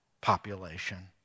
population